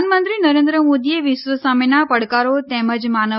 પ્રધાનમંત્રી નરેન્દ્ર મોદીએ વિશ્વ સામેના પડકારો તેમજ માનવ